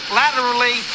laterally